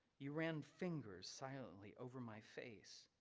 you ran fingers silently over my face.